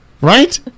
right